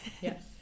Yes